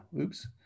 Oops